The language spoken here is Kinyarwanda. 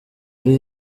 ari